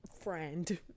friend